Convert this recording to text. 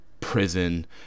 prison